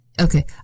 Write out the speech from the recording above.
okay